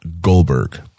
Goldberg